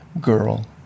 girl